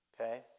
okay